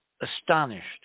astonished